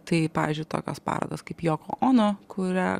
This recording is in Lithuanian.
tai pavyzdžiui tokios parodos kaip joko ono kurią